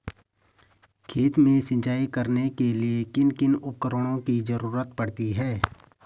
खेत में सिंचाई करने के लिए किन किन उपकरणों की जरूरत पड़ती है?